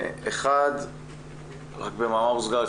במאמר מוסגר,